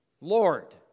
Lord